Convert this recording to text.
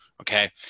okay